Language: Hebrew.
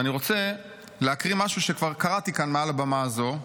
ואני רוצה להקריא משהו שכבר קראתי כאן מעל הבמה הזו,